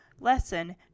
Lesson